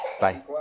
Bye